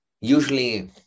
usually